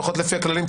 לפחות לפי הכללים,